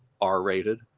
R-rated